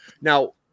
Now